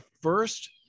first